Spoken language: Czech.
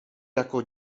jako